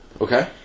Okay